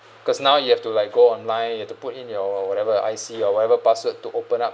because now you have to like go online you have to put in your your whatever your I_C or whatever password to open up